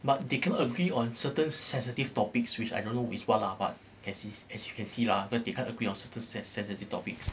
but they cannot agree on certain s~ sensitive topics which I don't know is what lah as as you can see lah because they can't agree certain sen~ sensitive topics